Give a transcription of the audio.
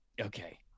okay